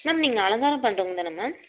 ma'am நீங்கள் அலங்காரம் பண்ணுறவங்க தானே மேம்